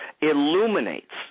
illuminates